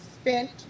spent